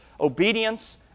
obedience